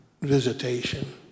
visitation